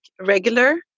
regular